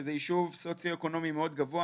שזה יישוב בסוציואקונומי מאוד גבוה,